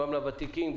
גם לוותיקים,